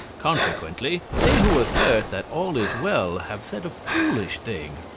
consequently they who assert that all is well have said a foolish thing,